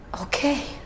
Okay